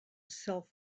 self